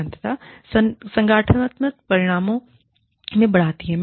अंततः संगठनात्मक परिणामों में बढ़ाती है